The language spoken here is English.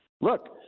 look